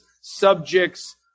subjects